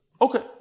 Okay